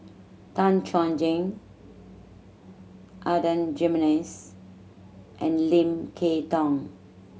Tan Chuan Jin Adan Jimenez and Lim Kay Tong